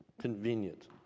Convenient